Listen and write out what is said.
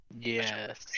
Yes